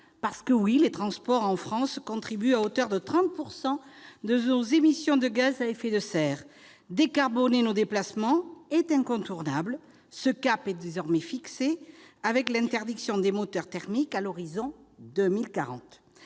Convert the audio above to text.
puisque les transports en France contribuent à hauteur de 30 % à nos émissions de gaz à effet de serre. Décarboner nos déplacements, cela paraît incontournable, et ce cap est désormais fixé avec l'interdiction des moteurs thermiques à l'horizon 2040.